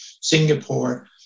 Singapore